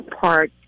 Park